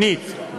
שנית,